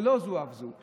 ולא זו אף זו,